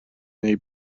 neu